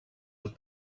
that